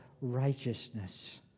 righteousness